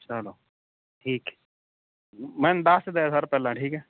ਚਲੋ ਠੀਕ ਐ ਜੀ ਮੈਨੂੰ ਦੱਸ ਦਿਆ ਸਰ ਪਹਿਲਾਂ ਠੀਕ ਐ